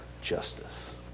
justice